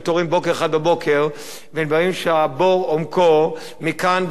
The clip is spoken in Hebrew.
שהבור עומקו מכאן ועד לקצה כדור-הארץ,